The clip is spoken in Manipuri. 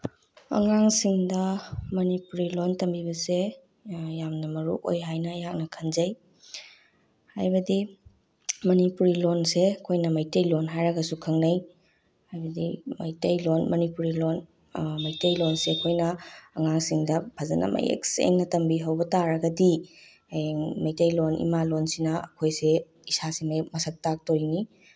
ꯑꯉꯥꯡꯁꯤꯡꯗ ꯃꯅꯤꯄꯨꯔꯤ ꯂꯣꯟ ꯇꯝꯕꯤꯕꯁꯦ ꯌꯥꯝꯅ ꯃꯔꯨꯑꯣꯏ ꯍꯥꯏꯅ ꯑꯩꯍꯥꯛꯅ ꯈꯟꯖꯩ ꯍꯥꯏꯕꯗꯤ ꯃꯅꯤꯄꯨꯔꯤ ꯂꯣꯟꯁꯦ ꯑꯩꯈꯣꯏꯅ ꯃꯩꯇꯩꯂꯣꯟ ꯍꯥꯏꯔꯒꯁꯨ ꯈꯪꯅꯩ ꯍꯥꯏꯕꯗꯤ ꯃꯩꯇꯩꯂꯣꯟ ꯃꯅꯤꯄꯨꯔꯤ ꯂꯣꯟ ꯃꯩꯇꯩꯂꯣꯟꯁꯦ ꯑꯩꯈꯣꯏꯅ ꯑꯉꯥꯡꯁꯤꯡꯗ ꯐꯖꯅ ꯃꯌꯦꯛ ꯁꯦꯡꯅ ꯇꯝꯕꯤꯍꯧꯕ ꯇꯥꯔꯒꯗꯤ ꯍꯌꯦꯡ ꯃꯩꯇꯩꯂꯣꯟ ꯏꯃꯥꯂꯣꯟꯁꯤꯅ ꯑꯩꯈꯣꯏꯁꯦ ꯏꯁꯥꯁꯦ ꯃꯁꯛ ꯇꯥꯛꯇꯧꯔꯤꯅꯤ